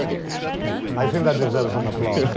i think that deserves an applause.